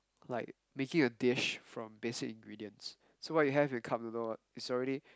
like making a dish from basic ingredients so what you have with cup noodles is already